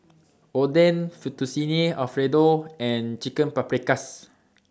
Oden Fettuccine Alfredo and Chicken Paprikas